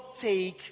take